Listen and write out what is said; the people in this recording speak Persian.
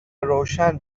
روشن